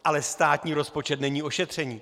Ale státní rozpočet není o šetření.